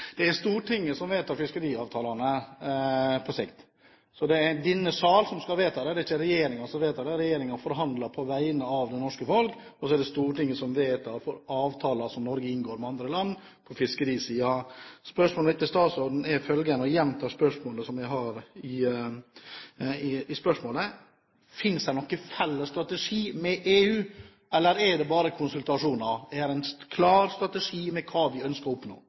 Det er Stortinget som vedtar fiskeriavtalene. Det er denne sal som skal vedta det – det er ikke regjeringen. Regjeringen forhandler på vegne av det norske folk, og så er det Stortinget som vedtar avtaler som Norge inngår med andre land på fiskerisiden. Spørsmålet mitt til statsråden er følgende, og jeg gjentar spørsmålet: Finnes det noen felles strategi med EU, eller er det bare konsultasjoner? Er det en klar strategi om hva vi ønsker å oppnå?